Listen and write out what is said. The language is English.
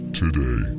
today